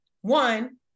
one